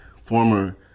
former